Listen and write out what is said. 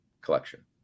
collection